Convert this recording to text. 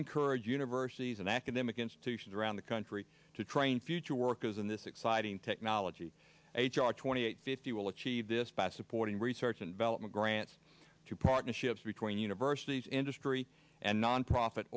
encourage universities and academic institutions around the country to train future workers in this exciting technology h r twenty eight fifty will achieve this by supporting research and development grants to partnerships between universities industry and nonprofit